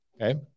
Okay